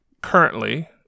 currently